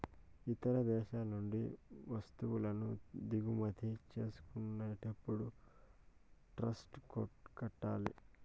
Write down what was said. ఇతర దేశాల నుండి వత్తువులను దిగుమతి చేసుకునేటప్పుడు టాక్స్ కట్టాలి